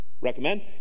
recommend